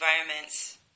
environments